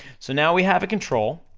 so now we have a control.